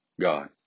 God